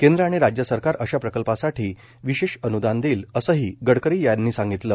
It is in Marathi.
केंद्र आणि राज्य सरकार अशा प्रकल्पासाठी विशेष अन्दान देईल असंही गडकरी यांनी सांगितलं